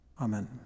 Amen